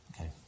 Okay